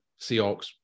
Seahawks